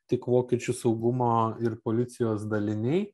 tik vokiečių saugumo ir policijos daliniai